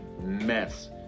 mess